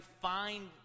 find